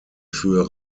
für